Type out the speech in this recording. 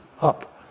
up